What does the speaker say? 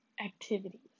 activities